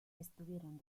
estuvieron